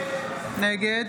נגד